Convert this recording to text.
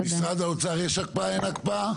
משרד האוצר, יש הקפאה, אין הקפאה?